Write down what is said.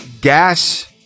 gas